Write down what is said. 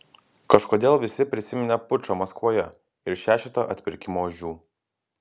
kažkodėl visi prisiminė pučą maskvoje ir šešetą atpirkimo ožių